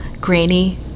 Grainy